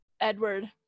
Edward